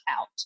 out